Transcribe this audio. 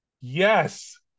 Yes